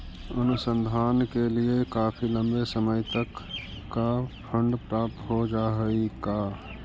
अनुसंधान के लिए काफी लंबे समय तक का फंड प्राप्त हो जा हई का